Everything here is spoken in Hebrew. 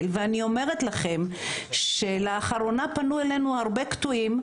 ואני אומרת לכם שלאחרונה פנו אלינו הרבה קטועים,